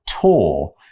tour